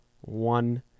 one